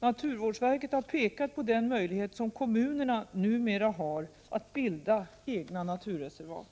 Naturvårdsverket har pekat på den möjlighet som kommunerna numera har att bilda egna naturreservat.